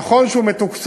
אמרו שנכון שהוא מתוקצב,